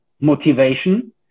motivation